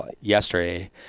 yesterday